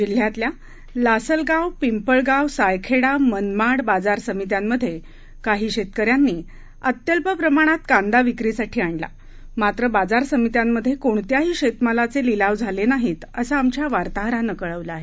जिल्ह्यातल्या लासलगाव पिंपळगाव सायखेडा मनमाड बाजार समित्यांमधे काही शेतकऱ्यांनी अत्यल्प प्रमाणात कांदा विक्रीसाठी आणला मात्र बाजार समित्यांमधे कोणत्याही शेतमालाचे लिलाव झाले नाहीत असं आमच्या वार्ताहरानं कळवलं आहे